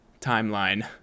timeline